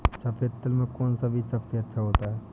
सफेद तिल में कौन सा बीज सबसे अच्छा होता है?